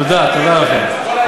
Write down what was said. תודה, תודה לכם.